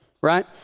right